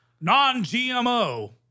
non-GMO